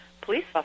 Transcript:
police